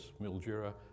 Mildura